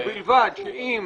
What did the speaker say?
ובלבד שאם